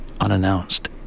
unannounced